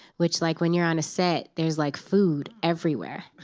which, like when you're on a set, there's like food everywhere.